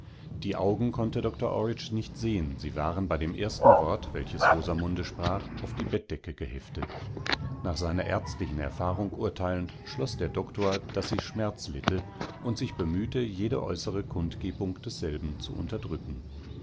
die augen konnte doktor orridge nicht sehen sie waren bei dem ersten wort welches rosamunde sprach auf die bettdecke geheftet nach seiner ärztlichen erfahrung urteilend schloß der doktor daß sie schmerz litte und sich bemühte jede äußere kundgebungdesselbenzuunterdrücken